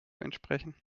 entsprechen